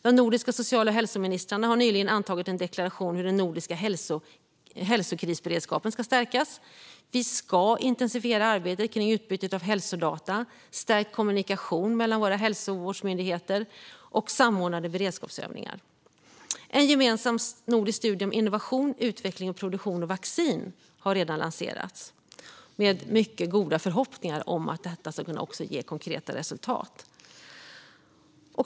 De nordiska social och hälsoministrarna har nyligen antagit en deklaration om hur den nordiska hälsokrisberedskapen ska stärkas. Vi ska intensifiera arbetet kring utbytet av hälsodata, stärkt kommunikation mellan våra hälsovårdsmyndigheter och samordnade beredskapsövningar. En gemensam nordisk studie om innovation, utveckling och produktion av vaccin har redan lanserats, med mycket goda förhoppningar om att detta ska kunna ge konkreta resultat.